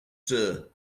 sur